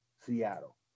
Seattle